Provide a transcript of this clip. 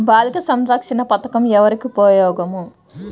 బాలిక సంరక్షణ పథకం ఎవరికి ఉపయోగము?